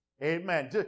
Amen